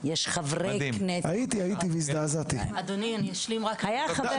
"יש חברי כנסת שמבריחים להם" היה חבר כנסת אחד.